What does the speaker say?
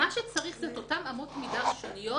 מה שצריך זה את אותן אמות מידה ראשוניות.